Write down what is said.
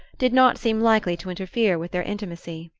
did not seem likely to interfere with their intimacy.